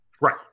Right